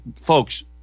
folks